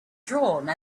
drawn